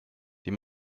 die